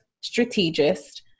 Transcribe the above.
strategist